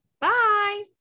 Bye